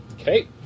Okay